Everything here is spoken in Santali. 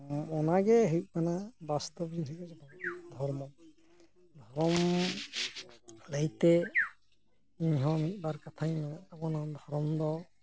ᱚᱱᱟ ᱜᱮ ᱦᱩᱭᱩᱜ ᱠᱟᱱᱟ ᱵᱟᱥᱛᱚᱵ ᱡᱤᱱᱤᱥ ᱨᱮᱜᱮ ᱫᱷᱚᱨᱢᱚ ᱫᱷᱚᱨᱚᱢ ᱞᱟᱹᱭᱛᱮ ᱤᱧ ᱦᱚᱸ ᱢᱤᱫᱼᱵᱟᱨ ᱠᱟᱛᱷᱟᱧ ᱨᱚᱲ ᱛᱟᱵᱚᱱᱟ ᱫᱷᱚᱨᱚᱢ ᱫᱚ